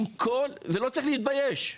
לא צריך להתבייש.